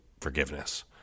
forgiveness